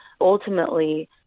Ultimately